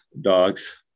dogs